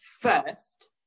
first